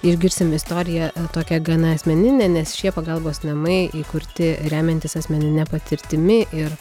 išgirsim istoriją a tokią gana asmeninę nes šie pagalbos namai įkurti remiantis asmenine patirtimi ir